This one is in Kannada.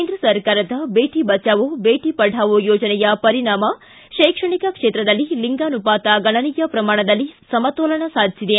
ಕೇಂದ್ರ ಸರ್ಕಾರದ ಬೇಟ ಬಚಾವೋ ಬೇಟ ಪಢಾವೋ ಯೋಜನೆಯ ಪರಿಣಾಮ ಶೈಕ್ಷಣಿಕ ಕ್ಷೇತ್ರದಲ್ಲಿ ಲಿಂಗಾನುಪಾತ ಗಣನೀಯ ಪ್ರಮಾಣದಲ್ಲಿ ಸಮತೋಲನ ಸಾಧಿಸಿದೆ